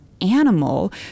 animal